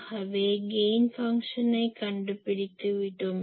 ஆகவே கெயின் ஃபங்ஷனை கண்டுபிடித்து விட்டோம்